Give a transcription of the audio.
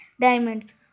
diamonds